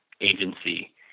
agency